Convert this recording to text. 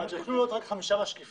יוכלו להיות עוד חמישה משקיפים.